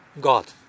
God